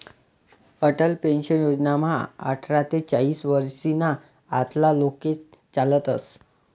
Atal pension योजनामा आठरा ते चाईस वरीसना आतला लोके चालतस